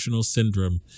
syndrome